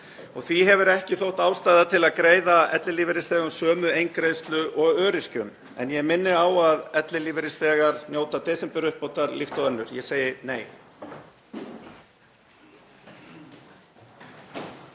Því hefur ekki þótt ástæða til að greiða ellilífeyrisþegum sömu eingreiðslu og öryrkjum. En ég minni á að ellilífeyrisþegar njóta desemberuppbótar líkt og önnur. — Ég segi nei.